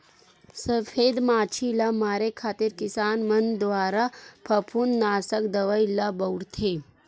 सफेद मांछी ल मारे खातिर किसान मन दुवारा फफूंदनासक दवई ल बउरथे